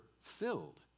filled